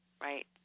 right